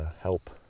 help